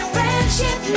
Friendship